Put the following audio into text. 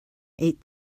eight